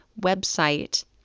website